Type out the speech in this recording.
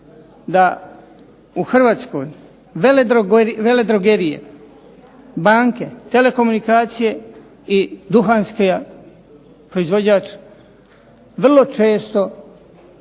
da u Hrvatskoj veledrogerije, banke, telekomunikacije i duhanski proizvođač vrlo često